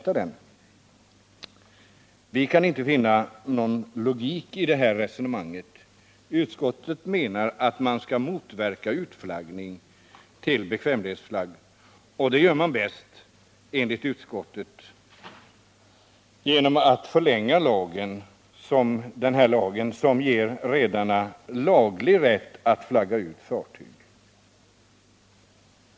Vi kan inte finna någon logik i detta resonemang. Utskottet menar att man skall motverka utflaggning till bekvämlighetsflagg, och det gör man bäst — enligt utskottet — genom att förlänga den här lagen, som ger redarna rätt att flagga ut fartyg.